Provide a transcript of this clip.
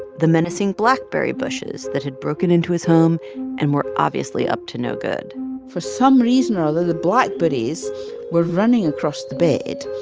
the menacing blackberry bushes that had broken into his home and were obviously up to no good for some reason or other, the blackberries were running across the bed,